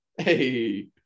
Hey